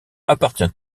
appartient